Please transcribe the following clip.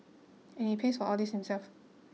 and he pays all this himself